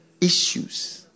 issues